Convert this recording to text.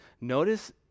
Notice